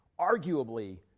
arguably